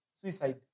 suicide